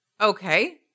Okay